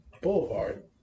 boulevard